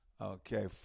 Okay